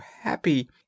happy